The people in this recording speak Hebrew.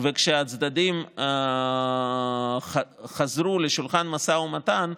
וכשהצדדים חזרו לשולחן המשא ומתן,